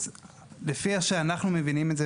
לפי איך שאנחנו מבינים את זה,